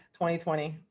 2020